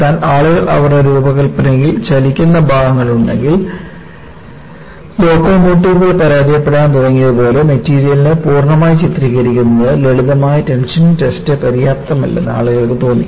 എന്നാൽ ആളുകൾ അവരുടെ രൂപകൽപ്പനയിൽ ചലിക്കുന്ന ഭാഗങ്ങൾ ഉണ്ടെങ്കിൽ ലോക്കോമോട്ടീവുകൾ പരാജയപ്പെടാൻ തുടങ്ങിയതുപോലെ മെറ്റീരിയലിനെ പൂർണ്ണമായി ചിത്രീകരിക്കുന്നതിന് ലളിതമായ ടെൻഷൻ ടെസ്റ്റ് പര്യാപ്തമല്ലെന്ന് ആളുകൾക്ക് തോന്നി